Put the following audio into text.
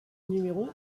numéro